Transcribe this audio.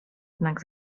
znak